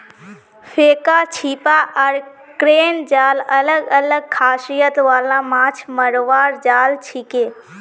फेका छीपा आर क्रेन जाल अलग अलग खासियत वाला माछ मरवार जाल छिके